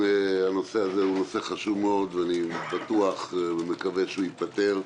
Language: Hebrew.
הנושא הזה הוא נושא חשוב מאוד ואני בטוח ומקווה שהוא ייפתר.